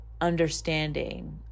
understanding